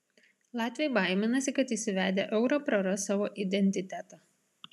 latviai baiminasi kad įsivedę eurą praras savo identitetą